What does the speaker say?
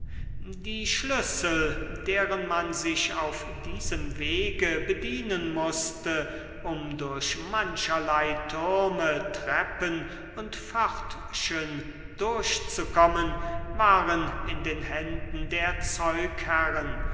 die schlüssel deren man sich auf diesem wege bedienen mußte um durch mancherlei türme treppen und pförtchen durchzukommen waren in den händen der